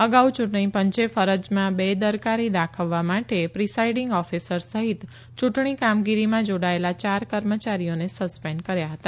અગાઉ યૂંટણી પંચે ફરજમાં બેદરકારી દાખવવા માટે પ્રિસાઇડિંગ ઓફિસર સહિત ચૂંટણી કામગીરીમાં જોડાયેલા ચાર કર્મચારીઓને સસ્પેન્ડ કર્યા હતા